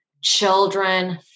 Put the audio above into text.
children